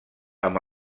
amb